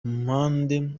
mpande